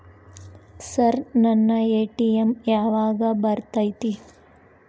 Sir ನನ್ನ ATM ಯಾವಾಗ ಬರತೈತಿ?